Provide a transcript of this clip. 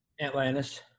Atlantis